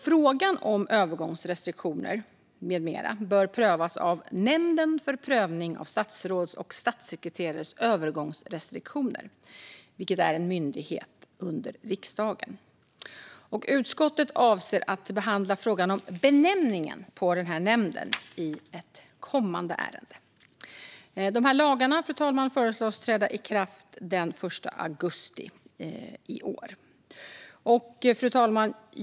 Frågor om övergångsrestriktioner med mera bör prövas av Nämnden för prövning av statsråds och statssekreterares övergångsrestriktioner, som är en myndighet under riksdagen. Utskottet avser att behandla frågan om benämningen på denna nämnd i ett kommande ärende. Dessa lagar, fru talman, föreslås träda i kraft den 1 augusti i år. Fru talman!